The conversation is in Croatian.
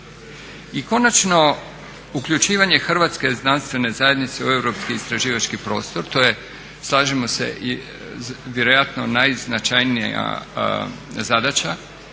I konačno, uključivanje hrvatske znanstvene zajednice u europski istraživački prostor, to je slažemo se i vjerojatno najznačajnija zadaća.